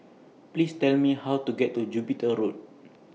Please Tell Me How to get to Jupiter Road